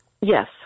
Yes